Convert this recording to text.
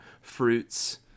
fruits